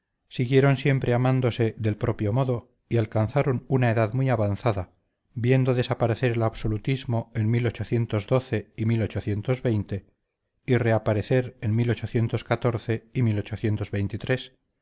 siguieron siempre amándose del propio modo y alcanzaron una edad muy avanzada viendo desaparecer el absolutismo en y y reaparecer en y